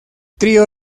trío